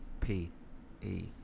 P-E